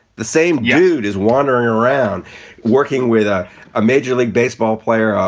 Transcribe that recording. the same youth is wandering around working with a ah major league baseball player.